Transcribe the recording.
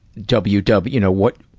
w w, you know, what,